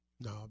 No